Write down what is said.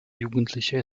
jugendliche